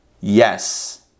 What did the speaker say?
Yes